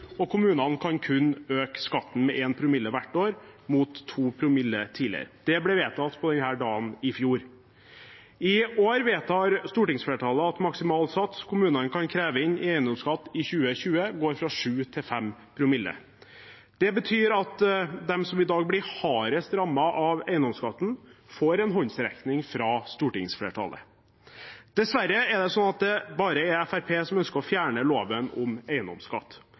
og kommunene kan kun øke skatten med 1 promille hvert år, mot 2 promille tidligere. Det ble vedtatt på denne dagen i fjor. I år vedtar stortingsflertallet at maksimal sats kommunene kan kreve inn i eiendomsskatt i 2020, går fra 7 til 5 promille. Det betyr at de som i dag blir hardest rammet av eiendomsskatten, får en håndsrekning fra stortingsflertallet. Dessverre er det sånn at det bare er Fremskrittspartiet som ønsker å fjerne loven om eiendomsskatt,